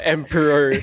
Emperor